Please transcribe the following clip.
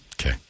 Okay